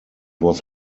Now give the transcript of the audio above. was